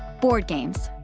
board games.